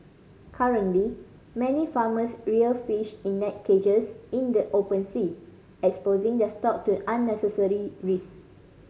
currently many farmers rear fish in net cages in the open sea exposing their stock to unnecessary risk